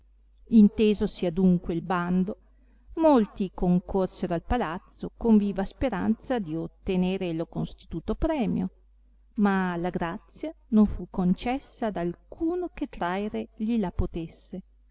bando si conteneva intesosi adunque il bando molti concorsero al palazzo con viva speranza di ottenere lo constituto premio ma la grazia non fu concessa ad alcuno che traere gli la potesse